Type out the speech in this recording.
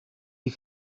die